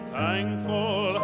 thankful